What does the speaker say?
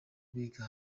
biga